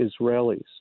Israelis